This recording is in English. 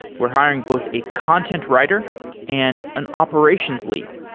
we're hiring both a content writer and an operations lead.